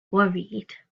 worried